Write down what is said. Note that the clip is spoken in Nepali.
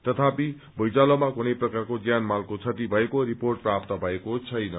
तथापि भूईँचालोमा कुनै प्रकारको ज्यान मालको क्षति भएको रिपोर्ट प्राप्त भएको छैन